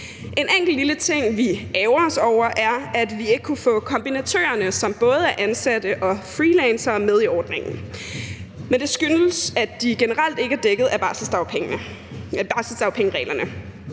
En enkelt lille ting, vi ærgrer os over, er, at vi ikke kunne få kombinatørerne, som både er ansatte og freelancere, med i ordningen. Men det skyldes, at de generelt ikke er dækket af barselsdagpengereglerne.